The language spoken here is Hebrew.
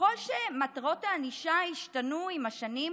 ככל שמטרות הענישה השתנו עם השנים,